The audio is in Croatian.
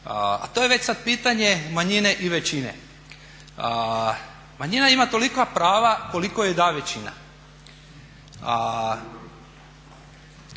a to je već sad pitanje manjine i većine. Manjina ima tolika prava koliko joj da većina